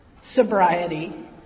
sobriety